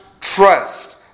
Trust